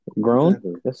Grown